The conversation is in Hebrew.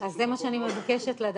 שהוא מקום --- זה מה שאני מבקשת לדעת.